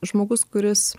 žmogus kuris